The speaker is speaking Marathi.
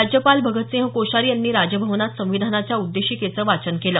राज्यपाल भगतसिंह कोश्यारी यांनी राजभवनात संविधानाच्या उद्देशिकेचं वाचन केलं